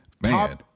Man